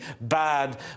bad